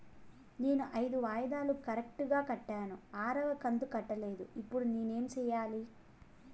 నేను ఐదు వాయిదాలు కరెక్టు గా కట్టాను, ఆరవ కంతు కట్టలేదు, ఇప్పుడు నేను ఏమి సెయ్యాలి?